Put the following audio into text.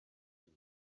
evil